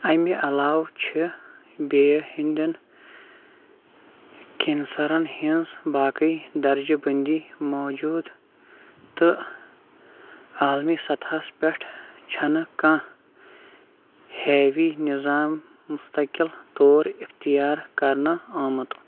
اَمہِ علاوٕ چھے٘ بےٚ ہِنٛدیٚن کینسَرن ہٕنٛز باقٕے درجہٕ بٔنٛدی موٗجوٗد تہٕ عالمی سطحس پیٚٹھ چھنہٕ کانٛہہ ہیوِی نِظام مُستِقل طور اِختِیار کرنہٕ آمُت